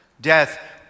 Death